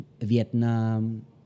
Vietnam